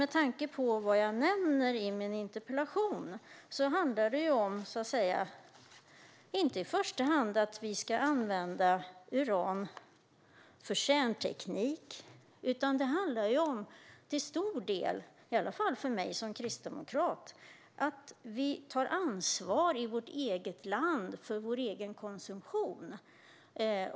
Med tanke på vad jag nämner i min interpellation handlar det inte i första hand om att vi ska använda uran för kärnteknik, utan det handlar till stor del - i alla fall för mig som kristdemokrat - om att vi tar ansvar i vårt eget land för vår egen konsumtion.